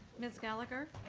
ms. gallagher?